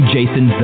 Jason